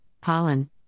pollen